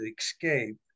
escape